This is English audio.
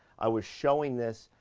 i was showing this,